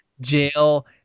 jail